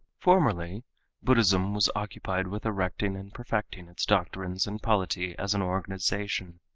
formerly buddhism was occupied with erecting and perfecting its doctrines and polity as an organization.